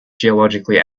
geologically